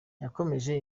yagonze